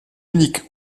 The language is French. unique